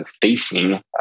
facing